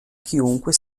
chiunque